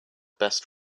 best